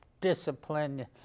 discipline